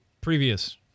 previous